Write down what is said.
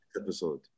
episode